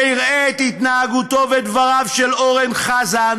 שיראה את התנהגותו ואת דבריו של אורן חזן